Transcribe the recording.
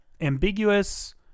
ambiguous